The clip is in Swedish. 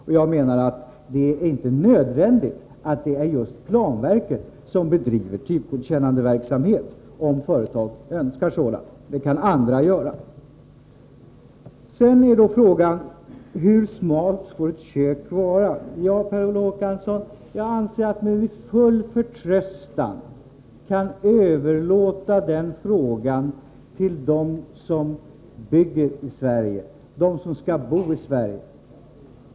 Och jag menar att det är inte nödvändigt att just planverket skall driva typgodkännandeverksamhet — det kan andra göra. Hur smalt får ett kök vara? Ja, Per Olof Håkansson, jag anser att vi med full förtröstan kan överlåta den frågan åt dem som bygger i Sverige, åt dem som skall bo i lägenheterna.